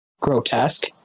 grotesque